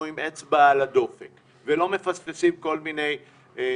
עם אצבע על הדופק ולא מפספסים כל מיני דברים.